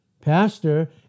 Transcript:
Pastor